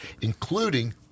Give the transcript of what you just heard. including